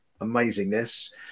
amazingness